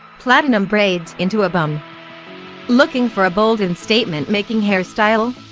platinum braids into a bun looking for a bold and statement making hairstyle?